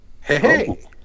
Hey